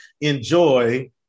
Enjoy